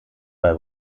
bei